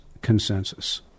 consensus